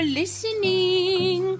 listening